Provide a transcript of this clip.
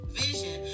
vision